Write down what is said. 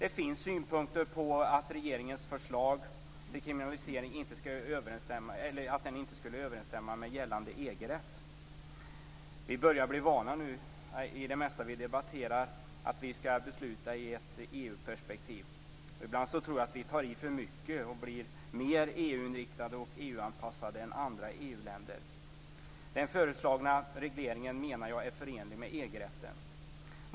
Det finns synpunkter på att regeringens förslag till kriminalisering inte skulle överensstämma med gällande EG-rätt. Ibland tror jag att vi tar i för mycket och är mer EU-inriktade och EU-anpassade än andra EU länder. Den föreslagna regleringen, menar jag, är förenlig med EG-rätten.